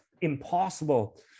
impossible